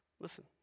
Listen